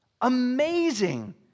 Amazing